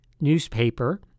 newspaper